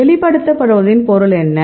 வெளிப்படுத்தப்படுவதன் பொருள் என்ன